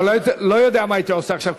אבל אני לא יודע מה הייתי עושה עכשיו,